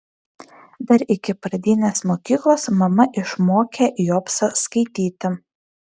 dar iki pradinės mokyklos mama išmokė jobsą skaityti